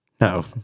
No